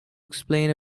explain